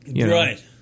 Right